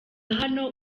hano